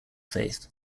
faith